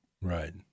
Right